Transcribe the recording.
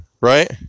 right